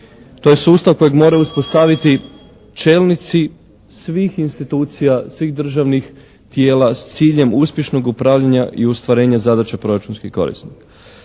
To je sustav kojeg moraju uspostaviti čelnici svih institucija, svih državnih tijela s ciljem uspješnog upravljanja i ostvarenja zadaća proračunskih korisnika.